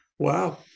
Wow